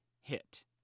hit